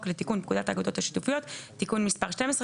לתיקון פקודת האגודות השיתופיות (תיקון מס' 12),